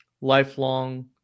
lifelong